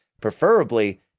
preferably